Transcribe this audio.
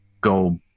go